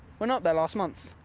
went up there last month.